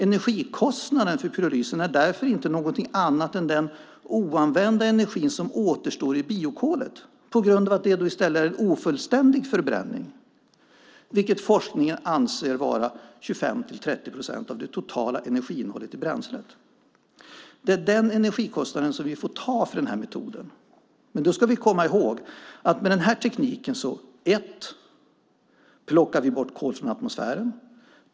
Energikostnaden för pyrolysen är därför inte någonting annat än den oanvända energi som återstår i biokolet på grund av att det då i stället är en ofullständig förbränning, vilket forskningen anser vara 25-30 procent av det totala energiinnehållet i bränslet. Det är den energikostnaden som vi får ta för den här metoden. Men då ska vi komma ihåg följande. För det första plockar vi med den här tekniken bort kol från atmosfären.